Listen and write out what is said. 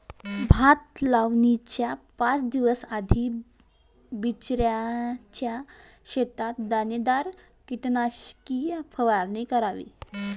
भात लावणीच्या पाच दिवस आधी बिचऱ्याच्या शेतात दाणेदार कीटकनाशकाची फवारणी करावी